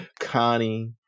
Connie